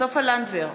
סופה לנדבר,